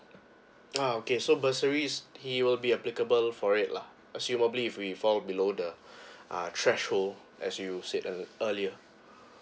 uh okay so bursaries he will be applicable for it lah assumedly if we fall below the uh threshold as you said ear~ earlier